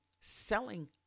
selling